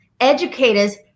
educators